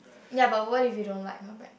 ya but what if you don't like her back